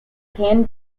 can